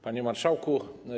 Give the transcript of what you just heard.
Panie Marszałku!